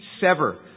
sever